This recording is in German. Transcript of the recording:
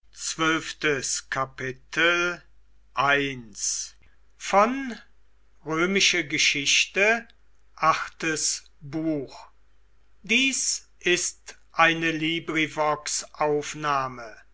sind ist eine